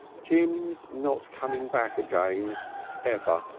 jim's not coming back again ever,